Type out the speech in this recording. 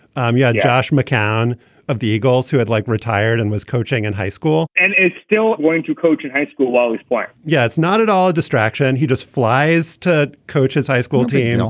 um yeah. josh mccown of the eagles who had like retired and was coaching in high school and is still going to coach in high school always play yeah it's not at all a distraction. he just flies to coaches high school t and a.